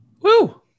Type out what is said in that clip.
Woo